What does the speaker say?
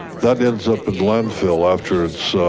that ends up in landfill after it's